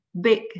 big